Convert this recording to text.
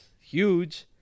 huge